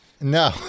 No